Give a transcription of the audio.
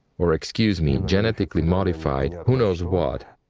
or, excuse me, and genetically modified who knows what,